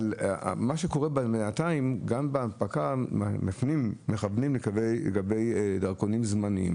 שקורה זה שבינתיים גם בהנפקה מכוונים לקבלת דרכונים זמניים